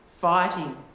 fighting